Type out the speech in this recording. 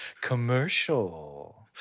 Commercial